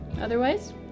Otherwise